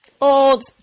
Old